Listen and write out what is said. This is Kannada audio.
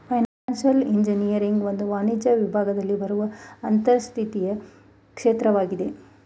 ಫೈನಾನ್ಸಿಯಲ್ ಇಂಜಿನಿಯರಿಂಗ್ ಒಂದು ವಾಣಿಜ್ಯ ವಿಭಾಗದಲ್ಲಿ ಬರುವ ಅಂತರಶಿಸ್ತೀಯ ಕ್ಷೇತ್ರವಾಗಿದೆ